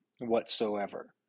whatsoever